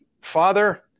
father